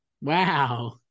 Wow